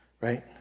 right